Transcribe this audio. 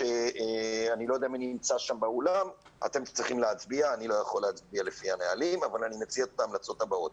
אני לא יכול להצביע לפי הנהלים אבל אני מציע את ההמלצות הבאות: